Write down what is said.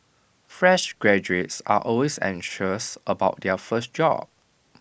fresh graduates are always anxious about their first job